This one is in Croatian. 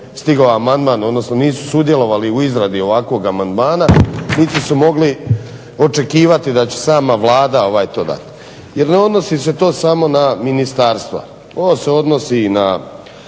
stigao amandman, odnosno nisu sudjelovali u izradi ovakvog amandmana niti su mogli očekivati da će sama Vlada to dati. Jer ne odnosi se to samo na ministarstva, to se odnosi i na